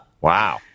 Wow